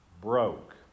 Broke